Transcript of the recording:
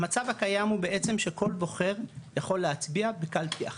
המצב הקיים הוא בעצם שכל בוחר יכול להצביע בקלפי אחד,